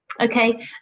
Okay